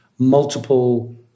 Multiple